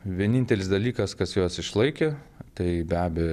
vienintelis dalykas kas juos išlaikė tai be abejo